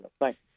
thanks